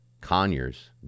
Conyers